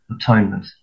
atonement